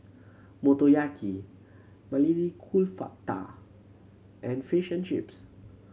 Motoyaki Maili Kofta and Fish and Chips